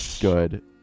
good